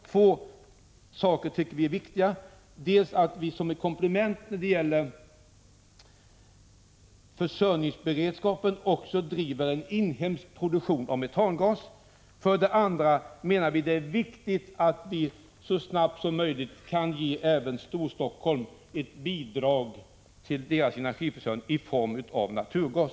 Två saker tycker vi är viktiga: dels att vi som komplement när det gäller försörjningsberedskapen bedriver en inhemsk produktion av metangas, dels att vi så snabbt som möjligt kan ge även Storstockholm ett bidrag till dess energiförsörjning i form av naturgas.